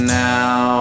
now